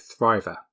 Thriver